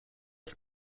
che